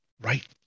right